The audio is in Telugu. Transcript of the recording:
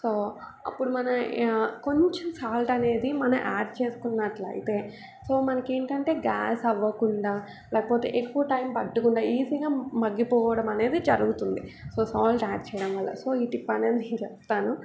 సో అప్పుడు మన కొంచెం సాల్ట్ అనేది మనం యాడ్ చేసుకున్నట్లయితే సో మనకి ఏంటంటే గ్యాస్ అవ్వకుండా లేకపోతే ఎక్కువ టైం పట్టకుండా ఈజీగా మగ్గిపోవడం అనేది జరుగుతుంది సో సాల్ట్ యాడ్ చేయడం వల్ల సో ఈ టిప్ అనేది నేను చెప్తాను